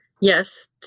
yes